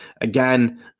again